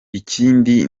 ikindi